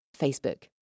Facebook